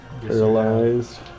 paralyzed